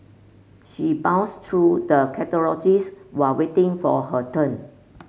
she browsed through the catalogues while waiting for her turn